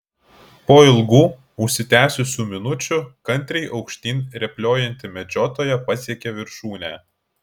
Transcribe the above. po ilgų užsitęsusių minučių kantriai aukštyn rėpliojanti medžiotoja pasiekė viršūnę